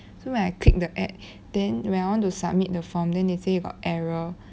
so when I click the ad then when I want to submit the form then they say got error